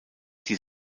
die